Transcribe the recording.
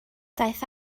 daeth